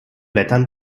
blättern